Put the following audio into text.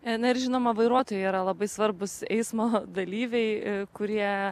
na ir žinoma vairuotojai yra labai svarbūs eismo dalyviai kurie